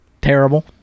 terrible